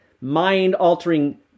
mind-altering